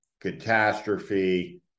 catastrophe